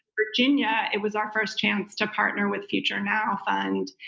virginia, it was our first chance to partner with future now fund,